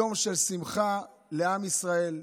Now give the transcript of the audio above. יום של שמחה לעם ישראל,